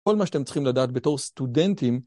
כל מה שאתם צריכים לדעת בתור סטודנטים